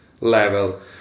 level